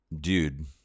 dude